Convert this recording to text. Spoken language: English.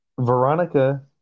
Veronica